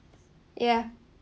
ya